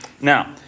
Now